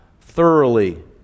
thoroughly